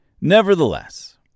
Nevertheless